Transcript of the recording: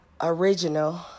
original